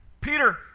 Peter